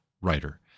writer